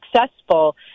successful